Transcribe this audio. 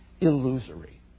illusory